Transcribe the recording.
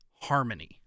harmony